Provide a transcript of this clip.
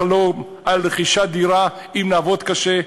לחלום על רכישת דירה אם נעבוד קשה,